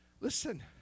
Listen